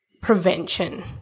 prevention